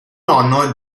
nonno